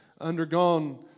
undergone